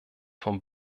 vom